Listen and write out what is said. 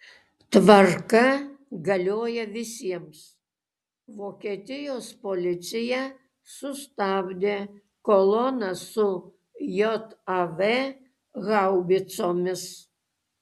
tvarka galioja visiems vokietijos policija sustabdė koloną su jav haubicomis